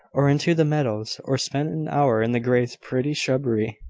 or into the meadows, or spent an hour in the greys' pretty shrubbery.